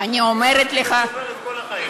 אני אומרת לך,